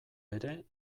ere